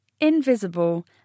invisible